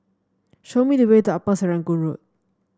show me the way to Upper Serangoon Road